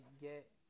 get